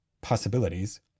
possibilities